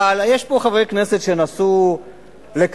אבל יש פה חברי כנסת שנסעו לקדאפי,